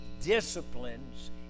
disciplines